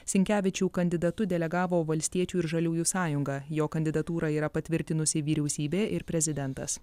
sinkevičių kandidatu delegavo valstiečių ir žaliųjų sąjunga jo kandidatūrą yra patvirtinusi vyriausybė ir prezidentas